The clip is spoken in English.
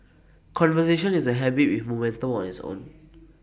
conversation is A habit with momentum of its own